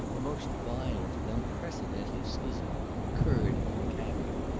a most violent and unprecedented schism occurred in the cabinet.